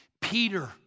Peter